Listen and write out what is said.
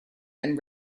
and